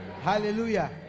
hallelujah